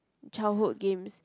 childhood games